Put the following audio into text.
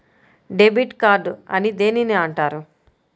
Debit card అని దేనిని అంటారు?